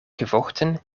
gevochten